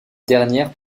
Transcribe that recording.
dernière